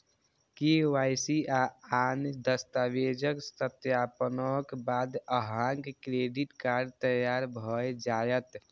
KYC आ आन दस्तावेजक सत्यापनक बाद अहांक क्रेडिट कार्ड तैयार भए जायत